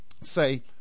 say